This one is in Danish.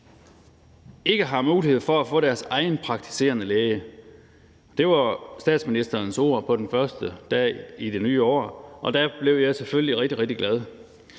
ikke mulighed for at få deres egen praktiserende læge. Det var statsministerens ord på den første dag i det nye år, og der blev jeg selvfølgelig rigtig,